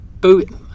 boot